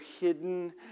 hidden